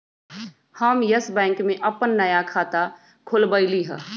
हम Yes Bank में अप्पन नया खाता खोलबईलि ह